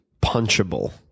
punchable